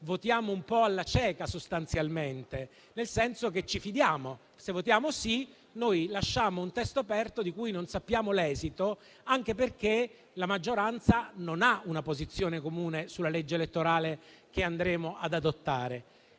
votiamo un po' alla cieca, sostanzialmente, nel senso che ci fidiamo. Se votiamo sì, lasciamo un testo aperto di cui non sappiamo l'esito, anche perché la maggioranza non ha una posizione comune sulla legge elettorale che andremo ad adottare.